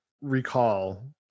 recall